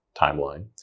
timeline